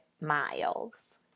miles